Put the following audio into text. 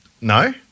No